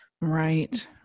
right